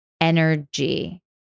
energy